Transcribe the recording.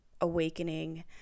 awakening